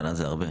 שנה זה הרבה.